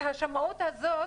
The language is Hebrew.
את השמאות הזו,